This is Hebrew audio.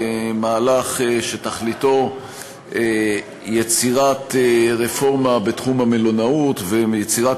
למהלך שתכליתו יצירת רפורמה בתחום המלונאות ויצירת